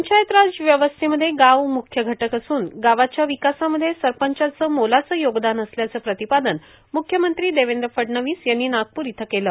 पंचायतराज व्यवस्थेमध्ये गाव मुख्य घटक असून गावांच्या विकासामध्ये सरपंचांचे मोलाचे योगदान असल्याचे प्रतिपादन मुख्यमंत्री देवेंद्र फडणवीस यांनी नागपूर इथं केलं